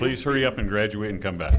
please hurry up and graduate and come back